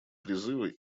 призывы